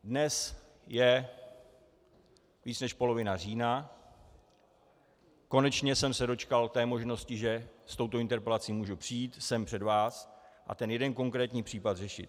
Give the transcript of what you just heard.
Dnes je víc než polovina října, konečně jsem se dočkal té možnosti, že s touto interpelací mohu přijít sem před vás a ten jeden konkrétní případ řešit.